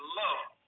love